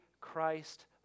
Christ